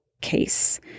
case